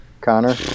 Connor